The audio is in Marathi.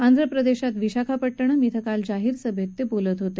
आंध्रप्रदेशात विशाखापट्टणम इथं काल जाहीर सभेत ते बोलत होते